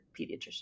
pediatrician